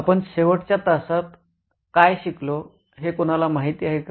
आपण शेवटच्या तासात आपण काय शिकलो हे कोणाला माहिती आहे का